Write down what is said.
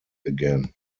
again